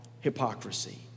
hypocrisy